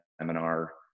seminar